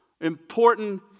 important